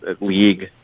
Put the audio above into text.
league